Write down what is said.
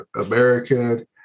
American